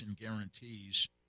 guarantees